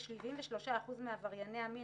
כ-73 אחוזים מעברייני המין